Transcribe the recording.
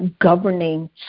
governing